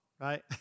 right